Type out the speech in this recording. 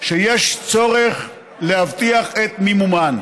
שיש צורך להבטיח את מימונן.